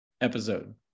Episode